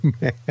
man